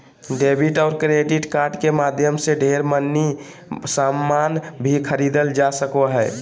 debit और credit card के माध्यम से ढेर मनी सामान भी खरीदल जा सको हय